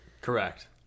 Correct